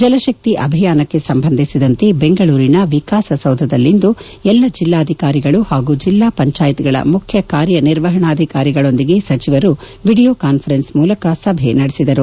ಜಲಕಕ್ಷಿ ಅಭಿಯಾನಕ್ಕೆ ಸಂಬಂಧಿಸಿದಂತೆ ದೆಂಗಳೂರಿನ ವಿಕಾಸಸೌಧದಲ್ಲಿಂದು ಎಲ್ಲಾ ಜಿಲ್ಲಾಧಿಕಾರಿಗಳು ಹಾಗೂ ಜಿಲ್ಲಾ ಪಂಚಾಯತ್ಗಳ ಮುಖ್ಯ ಕಾರ್ಯನಿರ್ವಹಣಾಧಿಕಾರಿಗಳೊಂದಿಗೆ ಸಚಿವರು ವಿಡಿಯೋ ಕಾನ್ಪರೆನ್ಸ್ ಮೂಲಕ ಸಭೆ ನಡೆಸಿದರು